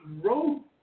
road